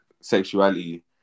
sexuality